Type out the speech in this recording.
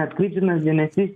atkreiptinas dėmesys